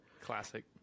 classic